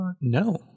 No